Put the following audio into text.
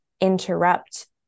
interrupt